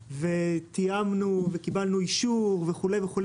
ותיאמנו וקיבלנו אישור וכו' וכו,